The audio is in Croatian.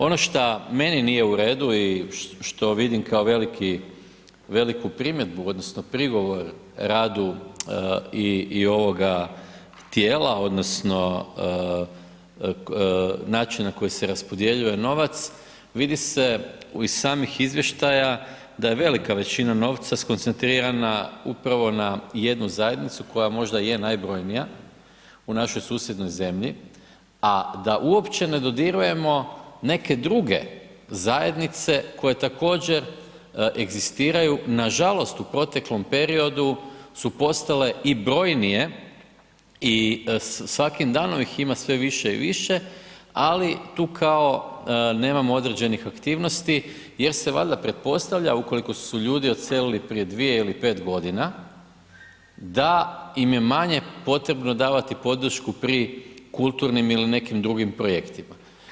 Ono šta meni nije u redu i što vidim kao veliku primjedbu, odnosno prigovor radu i ovoga tijela, odnosno načina na koji se raspodjeljuje novac, vidi se iz samih izvještaja da je velika većina novca skoncentrirana upravo na jednu zajednicu koja možda je najbrojnija u našoj susjednoj zemlji a da uopće ne dodirujemo neke druge zajednice koje također egzistiraju nažalost u proteklom periodu su postale i brojnije i svakim danom ih ima sve više i više ali tu kao nemamo određenih aktivnosti jer se valjda pretpostavlja ukoliko su ljudi odselili prije 2 ili 5 godina da im je manje potrebno davati podršku pri kulturnim ili nekim drugim projektima.